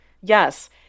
Yes